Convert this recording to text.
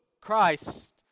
Christ